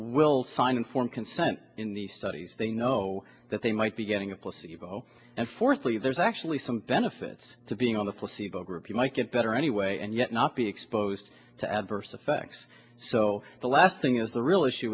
will find informed consent in the studies they know that they might be getting a placebo and fourthly there's actually some benefits to being on the placebo group you might get better anyway and yet not be exposed to adverse effects so the last thing is the real issue